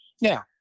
now